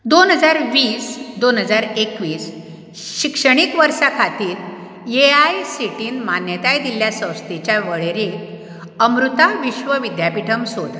दोन हजार वीस दोन हजार एकवीस शिक्षणीक वर्सा खातीर ये आय सी टीन मान्यताय दिल्ल्या संस्थेच्या वळेरेत अमृता विश्व विद्यापिठम सोद